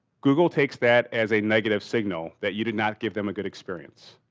google takes that as a negative signal that you did not give them a good experience.